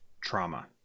trauma